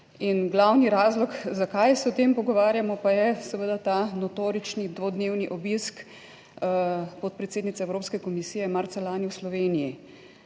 In glavni razlog zakaj se o tem pogovarjamo pa je seveda ta notorični dvodnevni obisk podpredsednice evropske komisije marca lani v Sloveniji